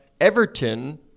Everton